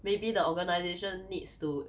maybe the organisation needs to